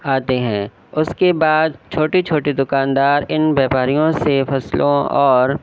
آتے ہیں اس کے بعد چھوٹے چھوٹے دوکاندار ان بیوباریوں سے فصلوں اور